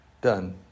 Done